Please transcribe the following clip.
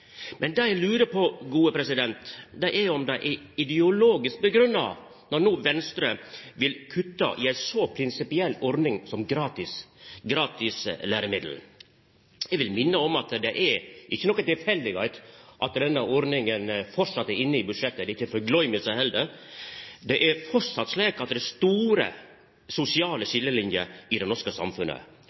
Men det eg lurer på, er om det er ideologisk grunngitt når Venstre no vil kutta i ei så prinsipiell ordning som gratis læremiddel. Eg vil minna om at det er ikkje tilfeldig at denne ordninga framleis er inne i budsjettet – det er ikkje ei forgløyming heller. Det er framleis slik at det er store sosiale skiljelinjer i det norske samfunnet.